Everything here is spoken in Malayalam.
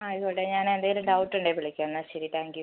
ആയിക്കോട്ടെ ഞാൻ എന്തെങ്കിലും ഡൗട്ട് ഉണ്ടെങ്കിൽ വിളിക്കാം എന്നാൽ ശരി താങ്ക് യൂ